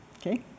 Okay